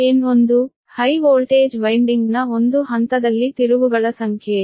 N1 high voltage ವೈನ್ಡಿಂಗ್ನ ಒಂದು ಹಂತದಲ್ಲಿ ತಿರುವುಗಳ ಸಂಖ್ಯೆ